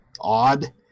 odd